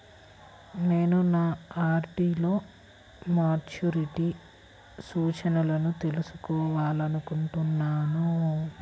నేను నా ఆర్.డీ లో మెచ్యూరిటీ సూచనలను తెలుసుకోవాలనుకుంటున్నాను